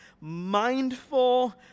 mindful